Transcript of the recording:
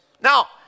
Now